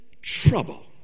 trouble